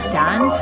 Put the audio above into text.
done